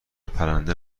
پرنده